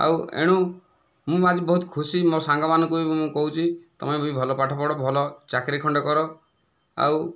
ଆଉ ଏଣୁ ମୁଁ ଆଜି ବହୁତ ଖୁସି ମୋ ସାଙ୍ଗମାନଙ୍କୁ ବି ମୁଁ କହୁଛି ତମେ ବି ଭଲ ପାଠ ପଢ଼ ଭଲ ଚାକିରି ଖଣ୍ଡେ କର ଆଉ